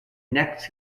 next